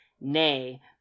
nay